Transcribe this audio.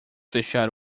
fechar